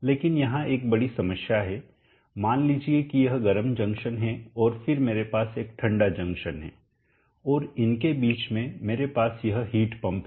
लेकिन यहां एक बड़ी समस्या है मान लीजिए कि यह गर्म जंक्शन है और फिर मेरे पास एक ठंडा जंक्शन है और इनके बीच में मेरे पास यह हीट पंप है